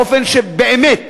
באופן שבאמת,